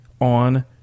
on